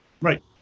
Right